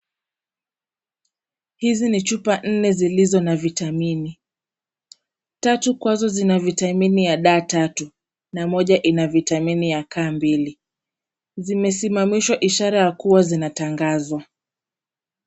Hisi ni chula nne zilizo na vitamini tatu kwazo Zina vitamini za da tatu na Moja ina vitamini ya ka mbili simesimamishwa ishara ya kuwa zinatangaswa